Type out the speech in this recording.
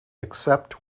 except